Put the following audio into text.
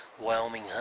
Wyoming